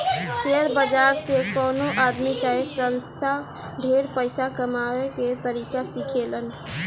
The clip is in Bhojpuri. शेयर बाजार से कवनो आदमी चाहे संस्था ढेर पइसा कमाए के तरीका सिखेलन